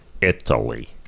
Italy